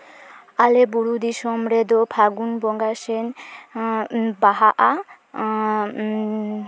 ᱟᱞᱮ ᱵᱩᱨᱩ ᱫᱤᱥᱚᱢ ᱨᱮᱫᱚ ᱯᱷᱟᱹᱜᱩᱱ ᱵᱚᱸᱜᱟ ᱥᱮᱱ ᱵᱟᱦᱟᱜᱼᱟ